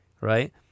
Right